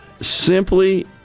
Simply